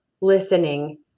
listening